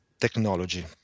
technology